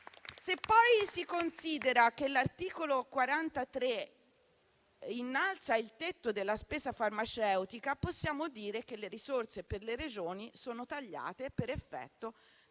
Se poi si considera che l'articolo 43 innalza il tetto della spesa farmaceutica, possiamo dire che le risorse per le Regioni sono tagliate per effetto